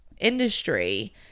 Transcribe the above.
industry